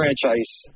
franchise